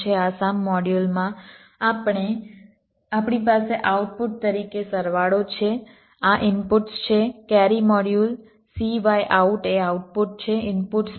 આ સમ મોડ્યુલમાં આપણી પાસે આઉટપુટ તરીકે સરવાળો છે આ ઇનપુટ્સ છે કેરી મોડ્યુલ cy out એ આઉટપુટ છે ઇનપુટ્સમાં a b cy in છે